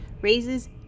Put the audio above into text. raises